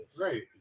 Right